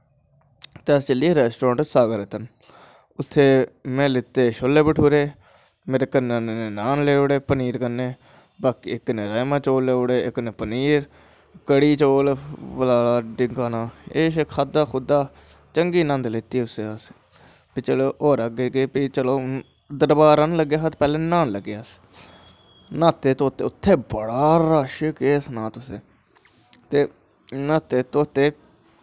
ते अस चली गे रैस्टोरैंट सागर रतन उत्थें में लैत्ते छोल्ले भठूरे मेरे कन्ने आह्लें नान लेई ओड़े पनीर कन्नै इक नै राजमां चौल लेई ओड़े इक नै पनीर कढ़ी चौल फलानां ठमकानां किश खाध्दा खूद्धा चंगी नंद लैत्ती उस दिन ते चलो अग्गै अग्गै होर दरवार आन लगे ते पैह्लै न्हान लगे पैह्लैं अस न्हाते धोते उत्थै बड़ा रश केह् सनां तुसेंगी ते न्हाते धोते